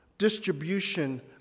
distribution